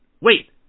wait